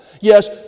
Yes